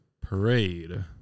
parade